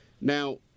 Now